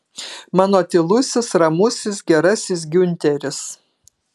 mano tylusis ramusis gerasis giunteris